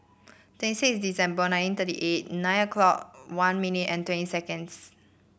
twenty six December nineteen thirty eight nine o'clock one minute and twenty seconds